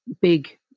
big